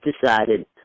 decided